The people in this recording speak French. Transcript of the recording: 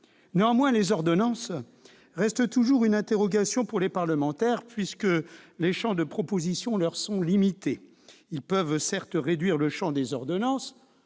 Néanmoins, les ordonnances restent toujours une interrogation pour les parlementaires puisque les champs de propositions leur sont limités. Ils peuvent certes réduire le champ des ordonnances,